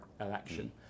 election